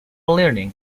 learning